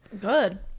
good